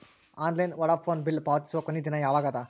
Online Vodafone bill ಪಾವತಿಸುವ ಕೊನಿ ದಿನ ಯವಾಗ ಅದ?